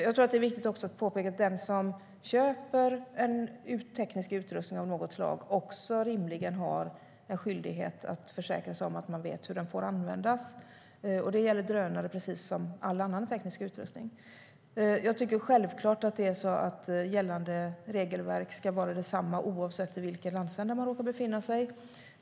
Det är viktigt att påpeka att den som köper en teknisk utrustning av något slag också rimligen har en skyldighet att försäkra sig om att man vet hur den får användas. Det gäller drönare precis som all annan teknisk utrustning. Jag tycker självklart att gällande regelverk ska vara detsamma oavsett i vilken landsända man råkar befinna sig.